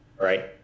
right